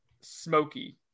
smoky